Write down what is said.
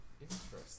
Interesting